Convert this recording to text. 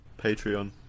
patreon